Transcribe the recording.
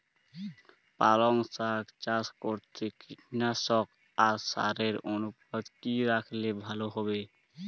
পালং শাক চাষ করতে কীটনাশক আর সারের অনুপাত কি রাখলে ভালো হবে?